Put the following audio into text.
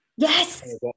Yes